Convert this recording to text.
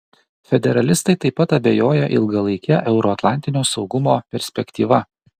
federalistai taip pat abejoja ilgalaike euroatlantinio saugumo perspektyva